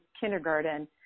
kindergarten